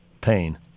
pain